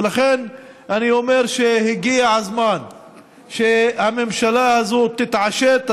ולכן, אני אומר שהגיע הזמן שהממשלה הזאת תתעשת.